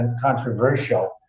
controversial